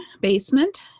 basement